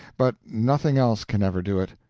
but nothing else can ever do it.